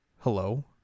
Hello